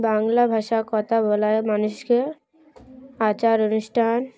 বাংলা ভাষা কথা বলায় মানুষকে আচার অনুষ্ঠান